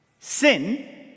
sin